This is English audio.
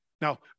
Now